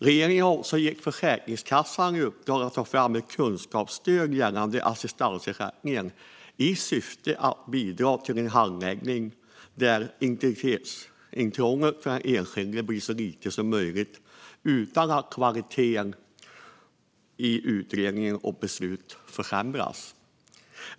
Regeringen har gett Försäkringskassan i uppdrag att ta fram ett kunskapsstöd gällande assistansersättningen i syfte att bidra till en handläggning där integritetsintrånget för den enskilde blir så litet som möjligt utan att kvaliteten i utredning och beslut försämras.